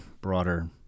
broader